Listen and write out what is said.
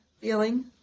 feeling